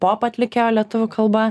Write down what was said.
pop atlikėjo lietuvių kalba